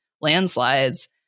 landslides